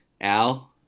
Al